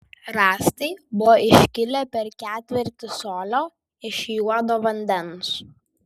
rąstai buvo iškilę per ketvirtį colio iš juodo vandens